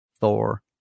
Thor